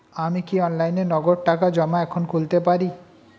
আমি কি অনলাইনে নগদ টাকা জমা এখন খুলতে পারি?